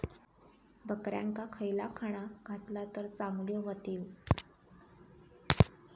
बकऱ्यांका खयला खाणा घातला तर चांगल्यो व्हतील?